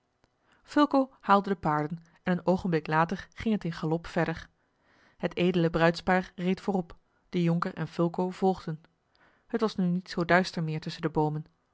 fulco haalde de paarden en een oogenblik later ging het in galop verder het edele bruidspaar reed voorop de jonker en fulco volgden het was nu niet zoo duister meer tusschen de boomen